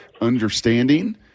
understanding